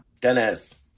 dennis